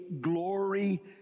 glory